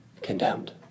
condemned